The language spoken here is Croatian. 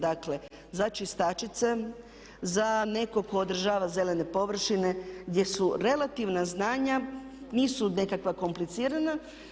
Dakle, za čistačice, za nekog tko održava zelene površine, gdje su relativna znanja, nisu nekakva komplicirana.